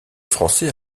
français